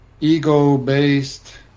ego-based